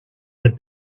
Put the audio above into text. the